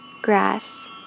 grass